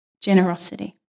generosity